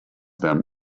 them